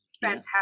fantastic